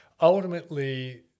Ultimately